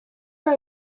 are